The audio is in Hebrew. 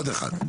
עוד אחד.